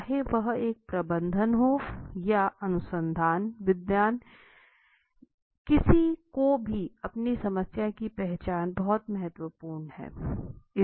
चाहे वह एक प्रबंधक हो या या अनुसंधान विद्वान किसी को भी अपनी समस्या की पहचान बहुत महत्त्वपूर्ण है